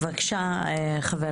בבקשה חבר